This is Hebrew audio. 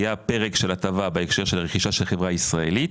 פרק של הטבה בהקשר של הרכישה של חברה ישראלית,